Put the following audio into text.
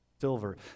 silver